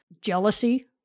jealousy